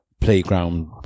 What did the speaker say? playground